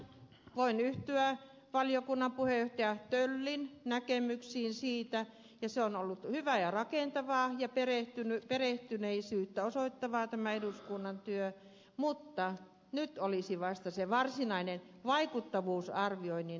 voin yhtyä valiokunnan puheenjohtajan töllin näkemyksiin siitä että eduskunnan työ on ollut hyvää ja rakentavaa ja perehtyneisyyttä osoittavaa mutta nyt olisi vasta se varsinainen vaikuttavuusarvioinnin aika